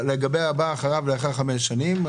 לגבי הבא אחריו לאחר חמש שנים,